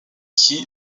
qui